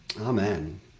Amen